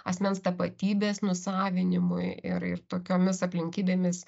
asmens tapatybės nusavinimui ir ir tokiomis aplinkybėmis